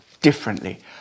differently